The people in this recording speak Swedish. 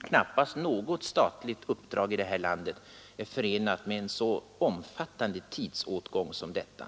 knappast något statligt uppdrag i detta land är förenat med en så omfattande tidsåtgång som detta.